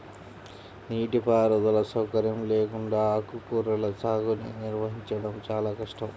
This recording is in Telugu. నీటిపారుదల సౌకర్యం లేకుండా ఆకుకూరల సాగుని నిర్వహించడం చాలా కష్టం